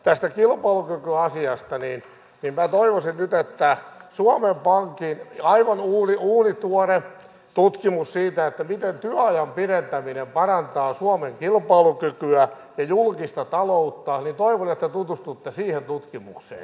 tästä kilpailukykyasiasta minä toivoisin nyt että tutustutte suomen pankin aivan uunituoreeseen tutkimukseen siitä miten työajan pidentäminen parantaa suomen kilpailukykyä ja julkista taloutta eli toivon että tutustuu käsi ja tutkimukseen